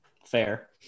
Fair